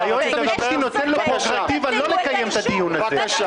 יש ספק, תבדקו את האישור.